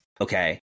Okay